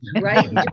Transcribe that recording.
Right